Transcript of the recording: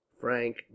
frank